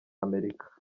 amerika